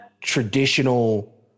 traditional